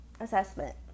assessment